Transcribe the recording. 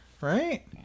right